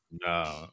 No